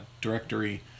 directory